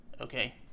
okay